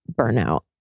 burnout